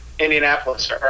Indianapolis